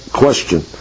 question